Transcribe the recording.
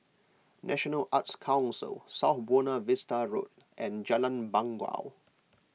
National Arts Council South Buona Vista Road and Jalan Bangau